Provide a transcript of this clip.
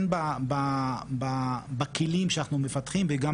שזה דבר מאוד ידוע באלימות.